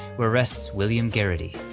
where rests william garity.